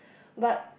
but